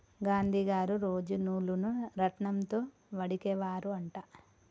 గాంధీ గారు రోజు నూలును రాట్నం తో వడికే వారు అంట